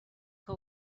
que